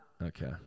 Okay